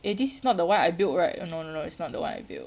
eh this is not the one I built right oh no no no it's not the one I built